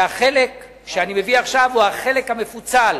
והחלק שאני מביא עכשיו הוא החלק המפוצל,